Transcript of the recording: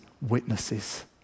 witnesses